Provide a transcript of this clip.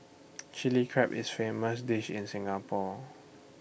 Chilli Crab is A famous dish in Singapore